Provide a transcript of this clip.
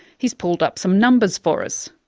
he's pulled up some numbers for us,